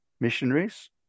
missionaries